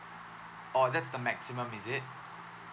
oh that's the maximum is it